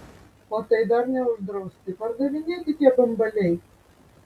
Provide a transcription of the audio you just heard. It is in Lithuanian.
o tai dar neuždrausti pardavinėti tie bambaliai